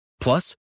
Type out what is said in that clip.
Plus